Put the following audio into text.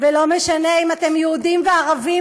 ולא משנה אם אתם יהודים או ערבים,